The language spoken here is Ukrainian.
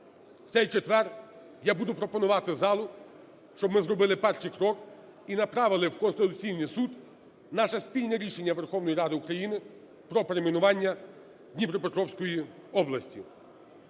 цей четвер, я буду пропонувати залу, щоб ми зробили перший крок і направили в Конституційний Суд наше спільне рішення Верховної Ради України про перейменування Дніпропетровської області.